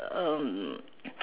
um